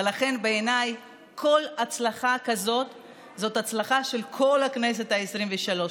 ולכן בעיניי כל הצלחה כזאת זו הצלחה של כל הכנסת העשרים-ושלוש.